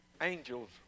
angels